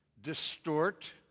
distort